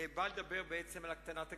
בא לדבר בעצם על הקטנת הגירעון.